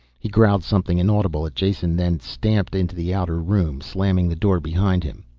he growled something inaudible at jason, then stamped into the outer room, slamming the door behind him.